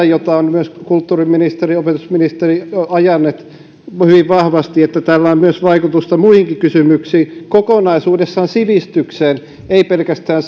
jota ovat myös kulttuuriministeri ja opetusministeri ajaneet hyvin vahvasti tällä on myös vaikutusta muihinkin kysymyksiin kokonaisuudessaan sivistykseen ei pelkästään